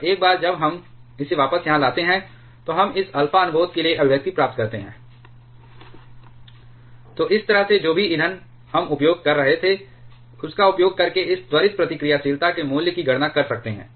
और एक बार जब हम इसे वापस यहां लाते हैं तो हम इस अल्फा अनुबोध के लिए अभिव्यक्ति प्राप्त करते हैं तो इस तरह से जो भी ईंधन हम उपयोग कर रहे थे उसका उपयोग करके इस त्वरित प्रतिक्रियाशीलता के मूल्य की गणना कर सकते हैं